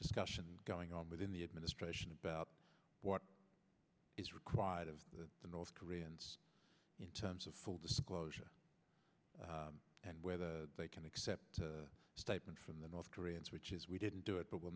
discussion going on within the administration about what is required of the north koreans in terms of full disclosure and whether they can accept a statement from the north koreans which is we didn't do it but we'll